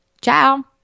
Ciao